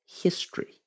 history